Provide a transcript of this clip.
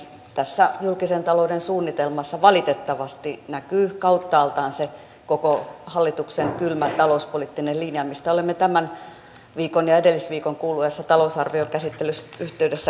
tässä julkisen talouden suunnitelmassa valitettavasti näkyy kauttaaltaan se koko hallituksen kylmä talouspoliittinen linja mistä olemme tämän viikon ja edellisviikon kuluessa talousarviokäsittelyn yhteydessä puhuneet